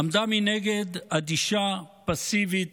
עמדה מנגד אדישה, פסיבית,